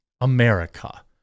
America